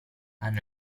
hanno